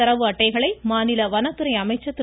தரவு அட்டைகளை மாநில வனத்துறை அமைச்சர் திரு